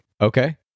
Okay